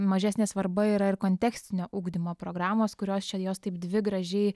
mažesnė svarba yra ir kontekstinio ugdymo programos kurios čia jos taip dvi gražiai